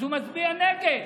אז הוא מצביע נגד.